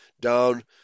down